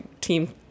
team